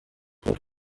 گفتی